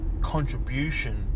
contribution